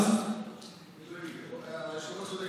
היושב-ראש צודק,